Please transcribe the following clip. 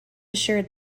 assured